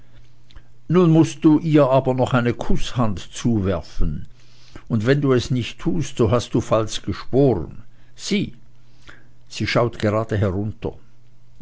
nun mußt du ihr aber noch eine kußhand zuwerfen und wenn du es nicht tust so hast du falsch geschworen sieh sie schaut gerade herunter